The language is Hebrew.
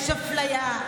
יש אפליה,